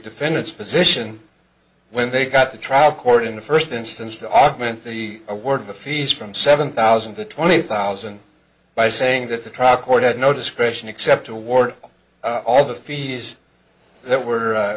defendant's position when they got the trial court in the first instance to augment the award of the fees from seven thousand to twenty thousand by saying that the trial court had no discretion except toward all the fees that were